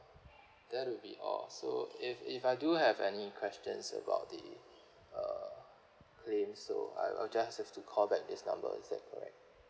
that will be all so if if I do have any questions about the uh claim so I'll I'll just have to call back this number is that correct